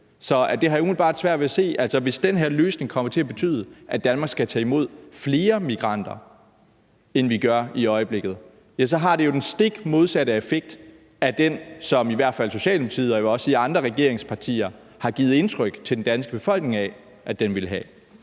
Så det har jeg umiddelbart svært ved at se. Altså, hvis den her løsning kommer til at betyde, at Danmark skal tage imod flere migranter, end vi gør i øjeblikket, så har det jo den stik modsatte effekt af den effekt, som i hvert fald Socialdemokratiet og også andre regeringspartier har givet den danske befolkning indtryk af at den ville have.